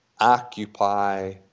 occupy